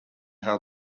how